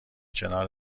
کنار